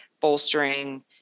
bolstering